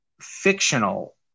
fictional